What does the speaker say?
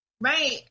right